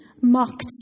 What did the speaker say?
mocked